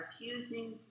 refusing